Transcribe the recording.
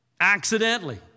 accidentally